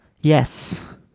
Yes